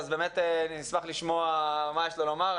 אז באמת אני אשמח לשמוע מה יש לו לומר.